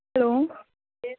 hello